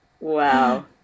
Wow